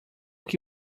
que